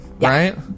Right